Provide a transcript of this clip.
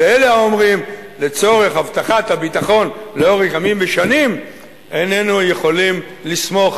ואלה האומרים: לצורך הבטחת הביטחון לאורך ימים ושנים איננו יכולים לסמוך